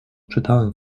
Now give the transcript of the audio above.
czytałem